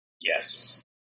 Yes